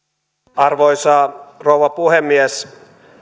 arvoisa rouva puhemies